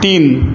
तीन